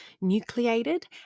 nucleated